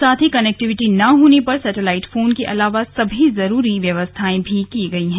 साथ ही कनेक्टीविटी ना होने पर सेटेलाइट फोन के अलावा सभी जरूरी व्यवस्थाएं भी की गई हैं